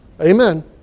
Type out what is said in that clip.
Amen